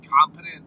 competent